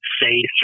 say